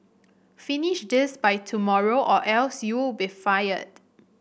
finish this by tomorrow or else you'll be fired